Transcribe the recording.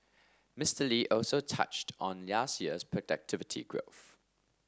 Mister Lee also touched on last year's productivity growth